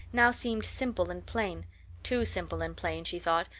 now seemed simple and plain too simple and plain, she thought,